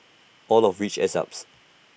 all of which adds up